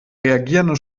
reagierende